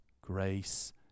grace